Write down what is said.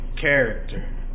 character